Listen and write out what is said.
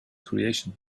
creation